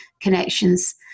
connections